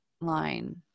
line